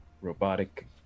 robotic